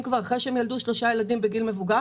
כבר אחרי שהם ילדו שלושה ילדים בגיל מבוגר